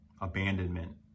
abandonment